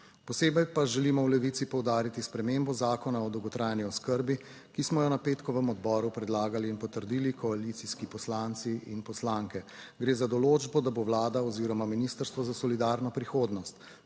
Posebej pa želimo v Levici poudariti spremembo Zakona o dolgotrajni oskrbi, ki smo jo na petkovem odboru predlagali in potrdili koalicijski poslanci in poslanke. Gre za določbo, da bo Vlada oziroma Ministrstvo za solidarno prihodnost